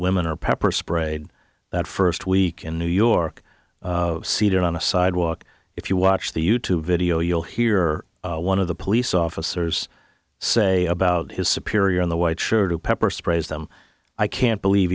women are pepper sprayed that first week in new york seated on a sidewalk if you watch the you tube video you'll hear one of the police officers say about his superior in the white shirt of pepper sprays them i can't believe